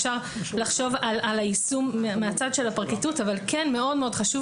אפשר לחשוב על היישום מהצד של הפרקליטות אבל כן מאוד חשוב